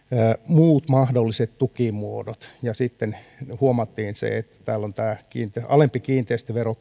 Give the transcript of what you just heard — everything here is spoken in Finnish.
muut mahdolliset tukimuodot ja sitten huomattiin että on tämä käytännössä alempi kiinteistövero